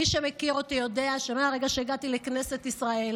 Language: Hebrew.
מי שמכיר אותי יודע שמהרגע שהגעתי לכנסת ישראל,